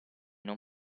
non